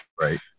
Right